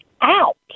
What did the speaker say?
out